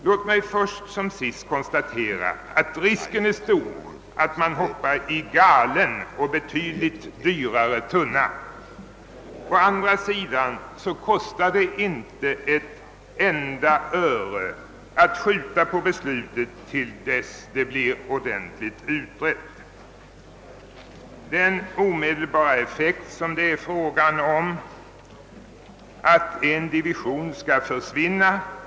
Låt mig först som sist konstatera att risken är stor att man hoppar i galen och betydligt dyrare tunna. Å andra sidan kostar det inte ett enda öre att skjuta på beslutet tills frågan blir ordentligt utredd. Det är här fråga om att åstadkomma en omedelbar effekt genom att låta en division försvinna.